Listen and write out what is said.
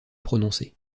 prononcée